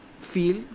feel